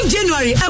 January